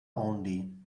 only